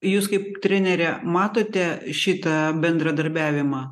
jūs kaip trenerė matote šitą bendradarbiavimą